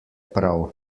prav